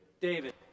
David